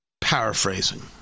paraphrasing